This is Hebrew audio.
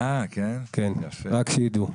רק שיידעו.